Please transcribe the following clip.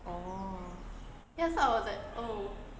orh